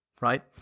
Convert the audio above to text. right